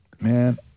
Man